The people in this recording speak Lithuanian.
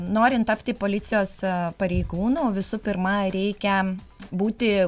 norint tapti policijos pareigūnu visų pirma reikia būti